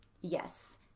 Yes